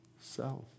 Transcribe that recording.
self